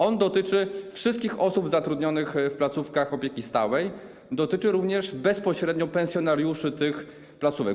On dotyczy wszystkich osób zatrudnionych w placówkach opieki stałej, dotyczy również bezpośrednio pensjonariuszy tych placówek.